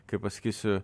kaip pasakysiu